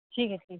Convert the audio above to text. ٹھیک ہے ٹھیک